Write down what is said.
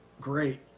great